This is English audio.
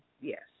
yes